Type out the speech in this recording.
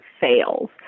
fails